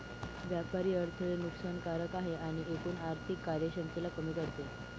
व्यापारी अडथळे नुकसान कारक आहे आणि एकूण आर्थिक कार्यक्षमतेला कमी करते